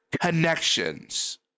connections